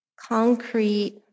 concrete